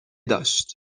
داشت